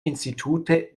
institute